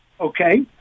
okay